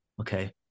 okay